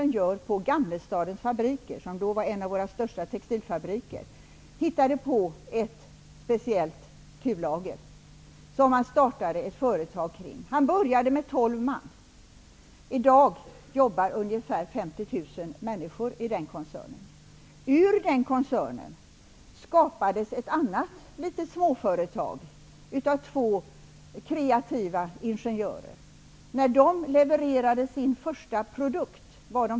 Gamlestadens fabriker -- som var en av våra största textilfabriker -- uppfann ett speciellt kullager. Han startade ett företag kring detta kullager. Han började med 12 man. I dag jobbar ungefär 50 000 människor i den koncernen. Ur den koncernen skapades ett annat litet småföretag av två kreativa ingenjörer. De var 60 man när de levererade sin första produkt.